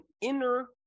inner